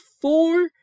four